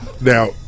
now